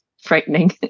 frightening